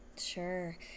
Sure